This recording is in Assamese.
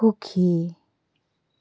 সুখী